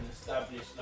established